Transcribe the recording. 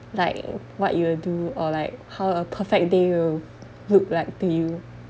like what you will do or like how a perfect day will look like to you